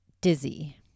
dizzy